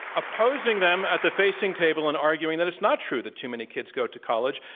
opposing them at the facing table and arguing that it's not true that too many kids go to college,